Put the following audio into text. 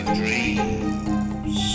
dreams